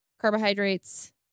carbohydrates